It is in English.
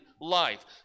life